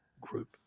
group